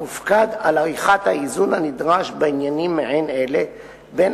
המופקד על עריכת האיזון הנדרש בעניינים מעין אלה בין